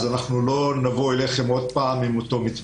אנחנו לא נבוא אליכם שוב עם אותו מתווה.